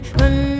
run